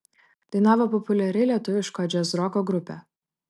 dainavo populiari lietuviško džiazroko grupė